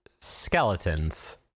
skeletons